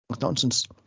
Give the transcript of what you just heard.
Nonsense